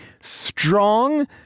strong